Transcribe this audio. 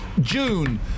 June